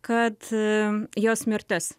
kad jos mirtis